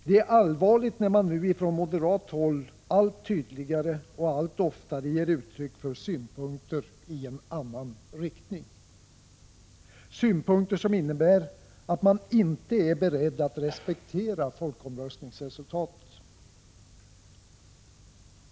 Det är allvarligt när man nu ifrån moderat håll allt tydligare och allt oftare ger uttryck för synpunkter i en annan riktning, synpunkter som innebär att man inte är beredd att respektera folkomröstningsresultatet.